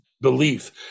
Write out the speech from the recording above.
belief